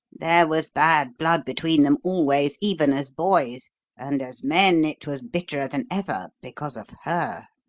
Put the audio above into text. there was bad blood between them always even as boys and, as men, it was bitterer than ever because of her.